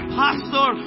pastor